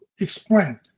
explain